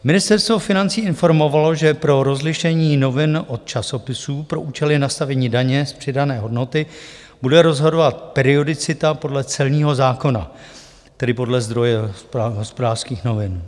Ministerstvo financí informovalo, že pro rozlišení novin od časopisů pro účely nastavení daně z přidané hodnoty bude rozhodovat periodicita podle celního zákona, tedy podle zdroje Hospodářských novin.